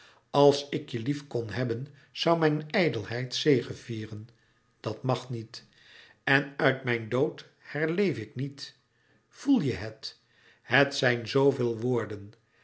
als ik je lief kon hebben zoû mijn ijdelheid zegevieren dat mag niet en uit mijn dood herleef ik niet voel je het het zijn zooveel woorden